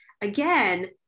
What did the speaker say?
again